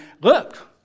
Look